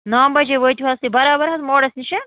نَو بَجے وٲتوٕ حظ تُہۍ بَرابَر حظ موڈَس نِش